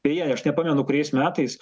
beje aš nepamenu kuriais metais